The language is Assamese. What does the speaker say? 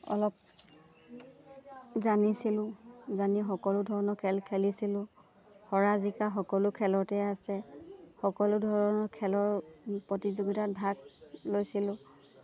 অলপ জানিছিলোঁ জানি সকলো ধৰণৰ খেল খেলিছিলোঁ হৰা জিকা সকলো খেলতে আছে সকলো ধৰণৰ খেলৰ প্ৰতিযোগিতাত ভাগ লৈছিলোঁ